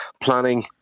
planning